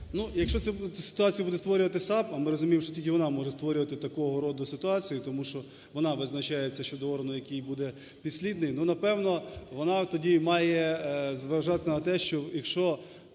Якщо цю ситуацію буде створювати САП, а ми розуміємо, що тільки вона може створювати такого роду ситуацію, тому що вона визначається щодо органу, який буде підслідний, напевно, вона тоді має зважати на те, що якщо